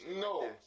No